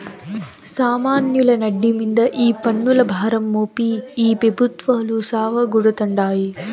సామాన్యుల నడ్డి మింద ఈ పన్నుల భారం మోపి ఈ పెబుత్వాలు సావగొడతాండాయి